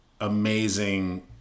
amazing